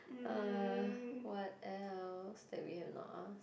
uh what else that we have not ask